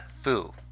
Fu